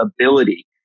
ability